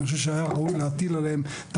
אני חושב שהיה ראוי להטיל עליהם את